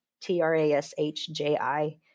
T-R-A-S-H-J-I